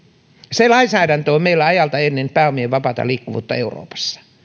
se lainsäädäntö on meillä ajalta ennen pääomien vapaata liikkuvuutta euroopassa